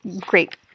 great